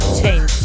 change